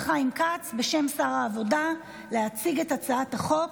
חיים כץ בשם שר העבודה להציג את הצעת החוק.